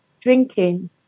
Drinking